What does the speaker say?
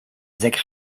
sechs